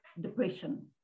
depression